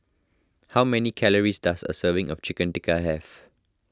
how many calories does a serving of Chicken Tikka have